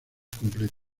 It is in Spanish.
completa